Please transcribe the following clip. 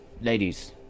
ladies